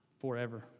forever